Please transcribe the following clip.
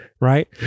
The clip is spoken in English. Right